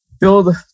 build